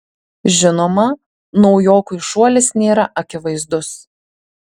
žinoma naujokui šuolis nėra akivaizdus